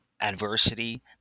adversity